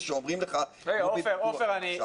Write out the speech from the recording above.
עופף,